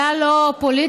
כלל לא פוליטי,